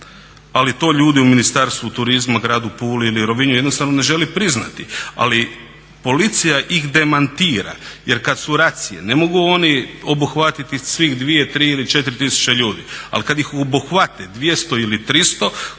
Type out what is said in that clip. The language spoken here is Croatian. ali to ljudi u Ministarstvu turizma, gradu Puli ili Rovinju jednostavno ne žele priznati ali policija ih demantira. Jer kada su racije ne mogu oni obuhvatiti svih 2, 3 ili 4 tisuće ljudi. Ali kada ih obuhvate 200 ili 300 kod